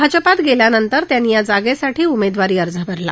भाजपात गेल्यानंतर त्यांनी या जागेसाठी उमेदवारी अर्ज भरला